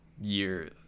year